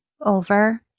over